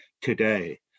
today